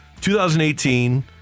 2018